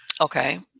Okay